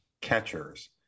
catchers